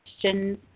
questions